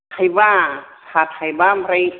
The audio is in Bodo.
थाइबा साहा थाइबा ओमफ्राय